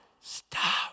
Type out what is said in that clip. stop